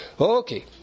Okay